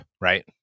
right